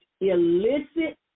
illicit